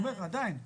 עדיין,